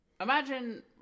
Imagine